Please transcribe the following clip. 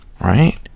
Right